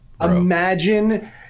imagine